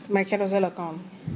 my carousell account